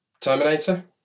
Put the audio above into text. Terminator